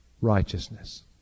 righteousness